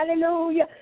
Hallelujah